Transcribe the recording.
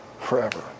forever